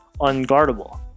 unguardable